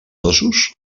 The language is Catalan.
dosos